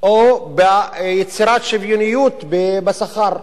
או ביצירת שוויוניות בשכר?